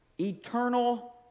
eternal